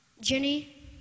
Jenny